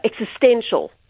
existential